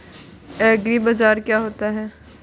एग्रीबाजार क्या होता है?